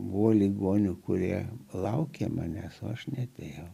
buvo ligonių kurie laukė manęs aš neatėjau